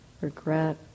regret